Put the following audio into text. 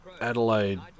Adelaide